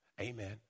Amen